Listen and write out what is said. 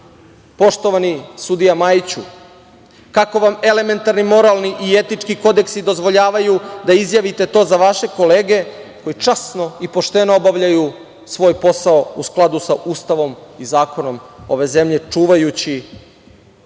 vlasti. Poštovani sudija Majiću, kako vam elementarni moralni i etički kodeksi dozvoljavaju da izjavite to za vaše kolege koji časno i pošteno obavljaju svoj posao, u skladu sa Ustavom i zakonom ove zemlje, čuvajući